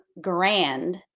grand